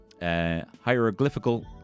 Hieroglyphical